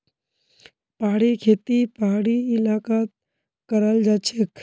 पहाड़ी खेती पहाड़ी इलाकात कराल जाछेक